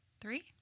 three